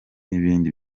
n’ibindi